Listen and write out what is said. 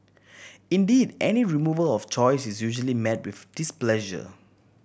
indeed any removal of choice is usually met with displeasure